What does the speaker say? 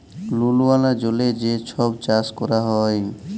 লুল ওয়ালা জলে যে ছব চাষ ক্যরা হ্যয়